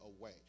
away